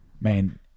Man